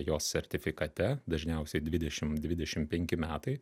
jos sertifikate dažniausiai dvidešim dvidešim penki metai